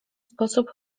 sposób